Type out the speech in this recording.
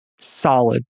Solid